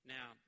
Now